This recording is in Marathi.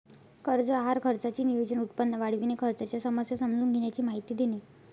कर्ज आहार खर्चाचे नियोजन, उत्पन्न वाढविणे, खर्चाच्या समस्या समजून घेण्याची माहिती देणे